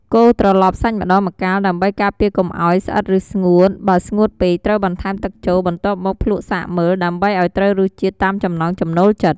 កូរត្រឡប់សាច់ម្តងម្កាលដើម្បីការពារកុំឱ្យស្អិតឬស្ងួត បើស្ងួតពេកត្រូវបន្ថែមទឹកចូល បន្ទាប់មកភ្លក្សសាកមើល ដើម្បីឲ្យត្រូវរសជាតិតាមចំណង់ចំណូលចិត្ត។